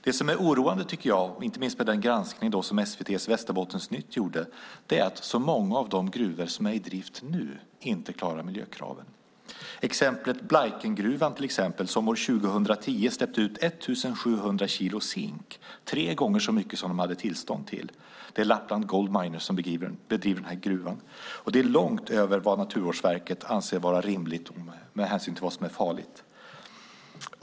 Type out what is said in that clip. Det som är oroande, inte minst med tanke på den granskning som SVT:s Västerbottensnytt gjorde, är att så många av de gruvor som är i drift nu inte klarar miljökraven. Ett exempel är Blaikengruvan, som år 2010 släppte ut 1 700 kilo zink - tre gånger så mycket som de hade tillstånd till. Det är Lappland Goldminers som driver gruvan. Det är långt över vad Naturvårdsverket anser vara rimligt med hänsyn till vad som är farligt.